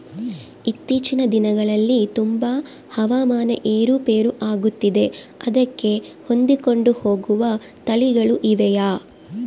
ಇತ್ತೇಚಿನ ದಿನಗಳಲ್ಲಿ ತುಂಬಾ ಹವಾಮಾನ ಏರು ಪೇರು ಆಗುತ್ತಿದೆ ಅದಕ್ಕೆ ಹೊಂದಿಕೊಂಡು ಹೋಗುವ ತಳಿಗಳು ಇವೆಯಾ?